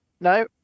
No